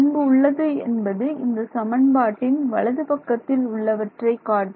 முன்பு உள்ளது என்பது இந்த சமன்பாட்டின் வலது பக்கத்தில் உள்ளவற்றை காட்டும்